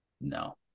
No